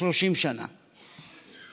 מוחשית מדוע המאבק על פניציה ירוחם צריך להיות